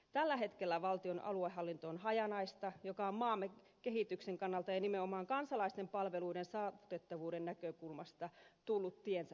tällä hetkellä valtion aluehallinto on hajanaista mikä asiaintila on maamme kehityksen kannalta ja nimenomaan kansalaisten palveluiden saavutettavuuden näkökulmasta tullut tiensä päähän